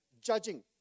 judging